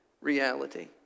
reality